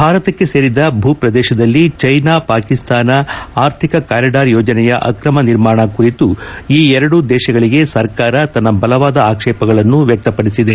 ಭಾರತಕ್ಕೆ ಸೇರಿದ ಭೂಪ್ರದೇಶದಲ್ಲಿ ಚೀನಾ ಪಾಕಿಸ್ತಾನ ಆರ್ಥಿಕ ಕಾರಿಡಾರ್ ಯೋಜನೆಯ ಅಕ್ರಮ ನಿರ್ಮಾಣ ಕುರಿತು ಈ ಎರಡೂ ದೇಶಗಳಿಗೆ ಸರ್ಕಾರ ತನ್ನ ಬಲವಾದ ಆಕ್ಷೇಪಗಳನ್ನು ವ್ಯಕ್ತಪದಿಸಿದೆ